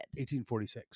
1846